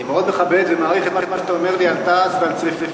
אני מאוד מכבד ומעריך את מה שאתה אומר לי על תע"ש ועל צריפין,